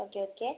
okay okay